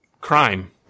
crime